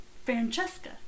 Francesca